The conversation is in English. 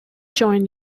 joined